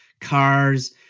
cars